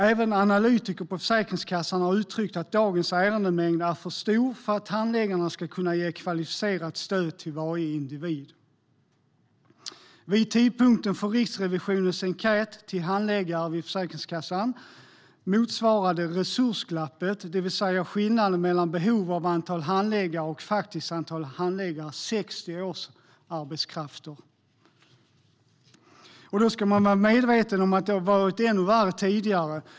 Även analytiker på Försäkringskassan har uttryckt att dagens ärendemängd är för stor för att handläggarna ska kunna ge kvalificerat stöd till varje individ. Vid tidpunkten för Riksrevisionens enkät till handläggare vid Försäkringskassan motsvarade resursglappet, det vill säga skillnaden mellan behov av antal handläggare och faktiskt antal handläggare, 60 årsarbetskrafter. Då ska man vara medveten om att det har varit ännu värre tidigare.